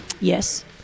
Yes